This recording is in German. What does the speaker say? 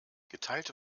geteilte